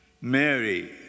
Mary